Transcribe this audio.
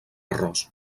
arròs